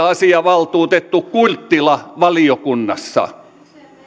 asiavaltuutettu kurttila valiokunnassa